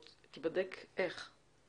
איך תיבדק נוכחות?